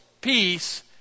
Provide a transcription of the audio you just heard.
peace